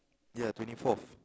ya twenty fourth